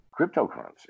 Cryptocurrency